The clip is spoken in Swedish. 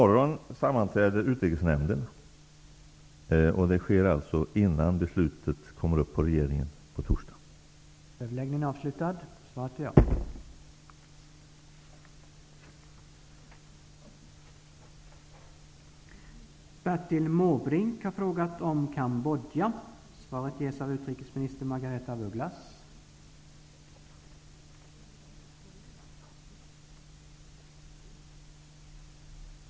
I morgon sammanträder Utrikesnämnden, alltså innan beslutet tas upp i regeringen på torsdag.